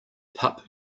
pup